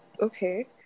okay